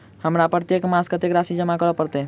हमरा प्रत्येक मास कत्तेक राशि जमा करऽ पड़त?